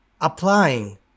applying